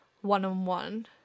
one-on-one